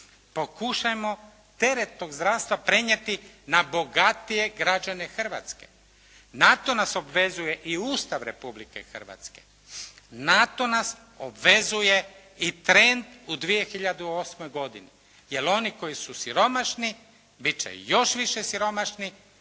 Pokušajmo teret tog zdravstva prenijeti na bogatije građane Hrvatske. Na to nas obvezuje i Ustav Republike Hrvatske. Na to nas obvezuje i trend u 2008. godini. Jer oni koji su siromašni, biti će još više siromašni,